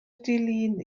dilin